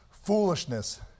Foolishness